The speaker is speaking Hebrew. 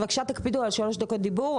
תקפידו על שלוש דקות דיבור,